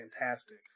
fantastic